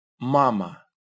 Mama